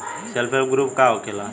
Self help group का होखेला?